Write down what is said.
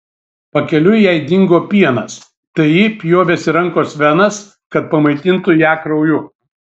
pakeliui jai dingo pienas tai ji pjovėsi rankos venas kad pamaitintų ją krauju